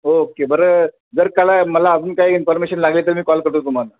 okay बरं जर काला मला अजून काही इन्फॉर्मेशन लागले तर मी कॉल करतो तुम्हाला